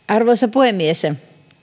arvoisa puhemies